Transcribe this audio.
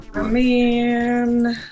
man